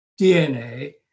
DNA